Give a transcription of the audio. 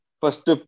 First